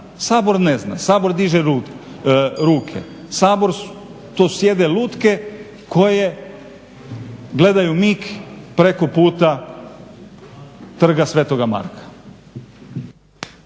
Sabor ne zna, Sabor diže ruke, Sabor to sjede lutke koje gledaju mig preko puta Trga sv. Marka.